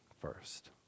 first